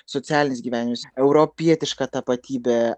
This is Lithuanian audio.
socialinis gyvenimas europietiška tapatybė